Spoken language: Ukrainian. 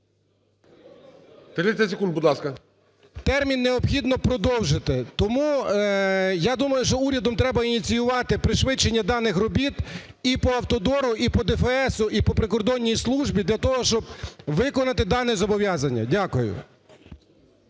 Термін необхідно продовжити. Тому я думаю, що урядом треба ініціювати пришвидшення даних робіт і по "Автодору", і по ДФС, і по прикордонній службі для того, щоб виконати дане зобов'язання. Дякую.